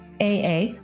AA